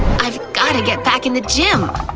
i've gotta get back in the gym!